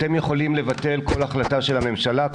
אתם יכולים לבטל כל החלטה של הממשלה,